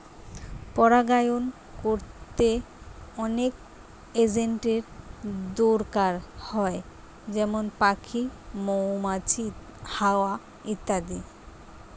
পরাগায়ন কোরতে অনেক এজেন্টের দোরকার হয় যেমন পাখি, মৌমাছি, হাওয়া ইত্যাদি